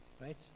right